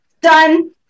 done